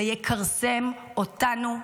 זה יכרסם אותנו מבפנים.